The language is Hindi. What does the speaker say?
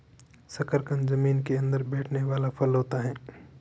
शकरकंद जमीन के अंदर बैठने वाला फल होता है